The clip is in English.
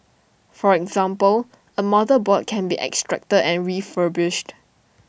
for example A motherboard can be extracted and refurbished